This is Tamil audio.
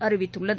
அறிவித்துள்ளது